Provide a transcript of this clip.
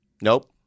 Nope